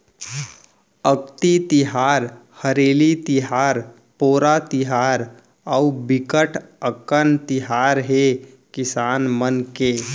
अक्ति तिहार, हरेली तिहार, पोरा तिहार अउ बिकट अकन तिहार हे किसान मन के